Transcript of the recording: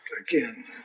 again